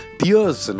tears